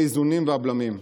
איבדתם את האיזונים והבלמים.